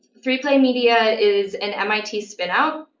three play media is an mit spinout.